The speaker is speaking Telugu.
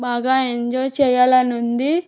బాగా ఎంజాయ్ చెయ్యాలని ఉంది